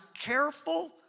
careful